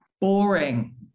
boring